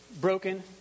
broken